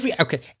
okay